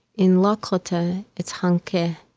in lakota, it's hanke, yeah